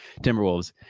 Timberwolves